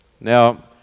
Now